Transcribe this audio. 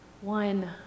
one